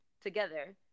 together